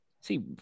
See